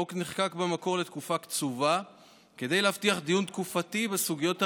החוק נחקק במקור לתקופה קצובה כדי להבטיח דיון תקופתי בסוגיות הרגישות.